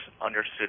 understood